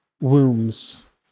wombs